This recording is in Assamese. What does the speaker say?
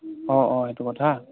অঁ অঁ সেইটো কথা